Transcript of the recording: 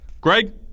Greg